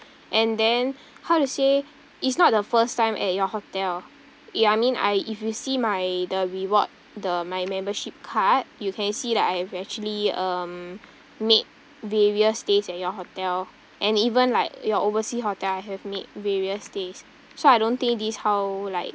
and then how to say it's not the first time at your hotel ya I mean I if you see my the reward the my membership card you can see that I have actually um made various stays at your hotel and even like your oversea hotel I have made various stays so I don't think this how like